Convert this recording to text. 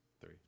three